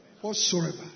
Whatsoever